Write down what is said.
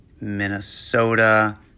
Minnesota